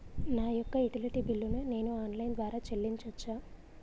నా యొక్క utility bill ను నేను ఆన్ లైన్ ద్వారా చెల్లించొచ్చా?